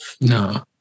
no